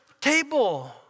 table